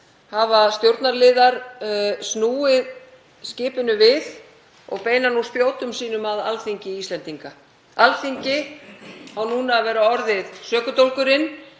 hafa stjórnarliðar snúið skipinu við og beina spjótum sínum að Alþingi Íslendinga. Alþingi á núna að vera orðið sökudólgurinn